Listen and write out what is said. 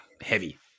heavy